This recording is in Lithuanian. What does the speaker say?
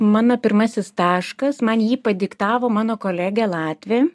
mano pirmasis taškas man jį padiktavo mano kolegė latvė